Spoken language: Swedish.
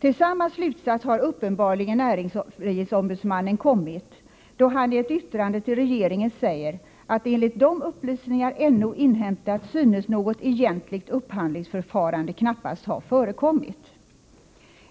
Till samma slutsats har uppenbarligen näringsfrihetsombudsmannen kommit, då han i ett yttrande till regeringen säger att enligt de upplysningar NO inhämtat synes något egentligt upphandlingsförfarande knappast ha förekommit.